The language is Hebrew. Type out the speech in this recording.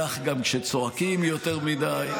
כך גם כשצועקים יותר מדי.